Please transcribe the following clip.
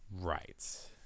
Right